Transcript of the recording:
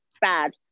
bad